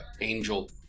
Angel